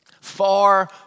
far